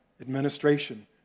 administration